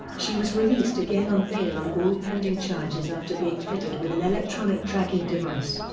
she was released again on bail on all pending charges after being fitted with an electronic tracking device.